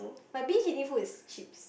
my binge eating food is chips